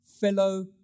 fellow